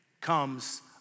comes